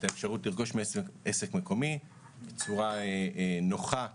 האפשרות לרכוש מעסק מקומי בצורה נוחה ומהירה.